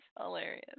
hilarious